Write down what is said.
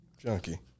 junkie